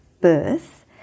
birth